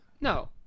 no